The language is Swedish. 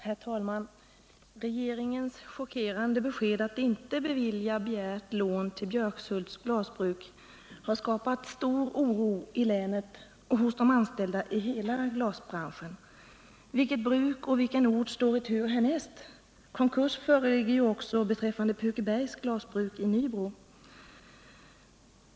Herr talman! Regeringens chockerande besked att inte bevilja begärt lån till Björkshults glasbruk har skapat stor oro i länet och hos de anställda i hela glasbranschen. Vilket bruk och vilken ort står i tur härnäst? Konkurs föreligger ju också beträffande Pukebergs Glasbruk i Nybro.